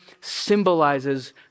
symbolizes